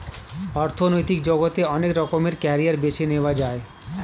অর্থনৈতিক জগতে অনেক রকমের ক্যারিয়ার বেছে নেয়া যায়